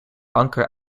anker